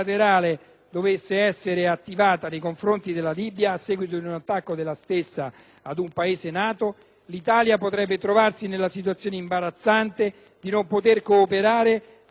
l'Italia potrebbe trovarsi nella situazione imbarazzante di non poter cooperare all'azione multilaterale in quanto vincolata dal Trattato che oggi ci impegniamo a ratificare.